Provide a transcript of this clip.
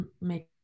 make